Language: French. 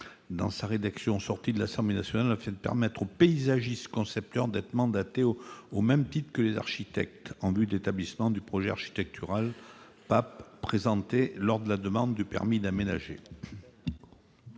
1dans sa rédaction issue de l'Assemblée nationale, afin de permettre aux paysagistes concepteurs d'être mandatés au même titre que les architectes en vue de l'établissement du projet architectural, paysager et environnemental accompagnant la demande de permis d'aménager.